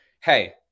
hey